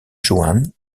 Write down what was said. juan